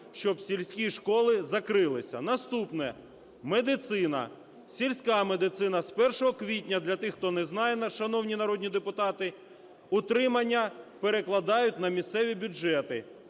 щоб сільські школи закрилися. Наступне – медицина. Сільська медицина. З 1 квітня, для тих, хто не знає, шановні народні депутати, утримання перекладають на місцеві бюджети,